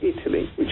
Italy